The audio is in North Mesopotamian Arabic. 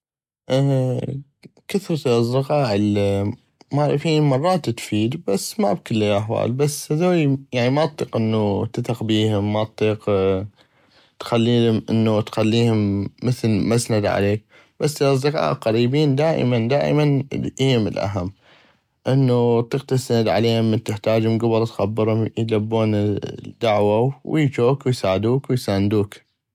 كثرة الاصدقاء المعرفين مرات تفيد بس ما بكل الاحوال بس هذوي مااطيق تثق بيهم ما اطيق انو تخليلهم تخليهم مثل مسند عليك بس الاصدقاء القريبين دائمن دائمن هيم الاهم انو اطيق تسال عليهم من تحتاجهم كبل تخبرهم يلبون الدعوة ويجوك ويساعدوك ويساندوك.